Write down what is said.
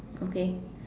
okay